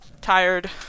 tired